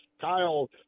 Kyle